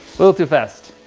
little too fast.